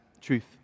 truth